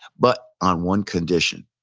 but on one condition.